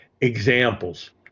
examples